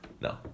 No